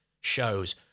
shows